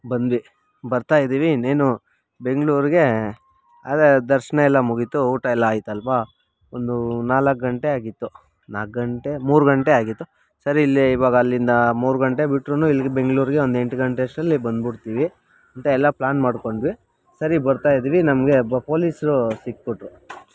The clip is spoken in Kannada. ಬಂದ್ವಿ ಬರ್ತಾಯಿದ್ವಿ ಇನ್ನೇನು ಬೆಂಗ್ಳೂರಿಗೆ ಅದೇ ದರ್ಶನ ಎಲ್ಲ ಮುಗೀತು ಊಟ ಎಲ್ಲ ಆಯ್ತಲ್ವಾ ಒಂದು ನಾಲ್ಕು ಗಂಟೆ ಆಗಿತ್ತು ನಾಲ್ಕು ಗಂಟೆ ಮೂರು ಗಂಟೆ ಆಗಿತ್ತು ಸರಿ ಇಲ್ಲಿ ಇವಾಗ ಅಲ್ಲಿಂದ ಮೂರು ಗಂಟೆಗೆ ಬಿಟ್ರೂನು ಬೆಂಗ್ಳೂರಿಗೆ ಒಂದು ಎಂಟು ಗಂಟೆ ಅಷ್ಟರಲ್ಲಿ ಬಂದು ಬಿಡ್ತೀವಿ ಅಂತ ಎಲ್ಲ ಪ್ಲ್ಯಾನ್ ಮಾಡ್ಕೊಂಡ್ವಿ ಸರಿ ಬರ್ತಾಯಿದ್ದೀವಿ ನಮಗೆ ಒಬ್ಬ ಪೊಲೀಸ್ರು ಸಿಕ್ಬಿಟ್ರು